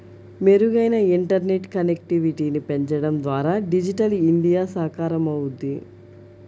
మెరుగైన ఇంటర్నెట్ కనెక్టివిటీని పెంచడం ద్వారా డిజిటల్ ఇండియా సాకారమవుద్ది